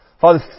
Father